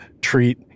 treat